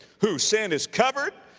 whose sin is covered,